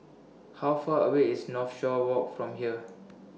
How Far away IS Northshore Walk from here